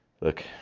Look